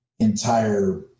Entire